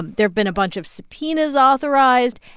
there've been a bunch of subpoenas authorized,